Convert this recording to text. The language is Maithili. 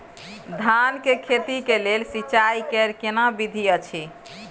धान के खेती के लेल सिंचाई कैर केना विधी अछि?